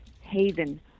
haven